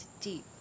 deep